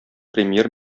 премьер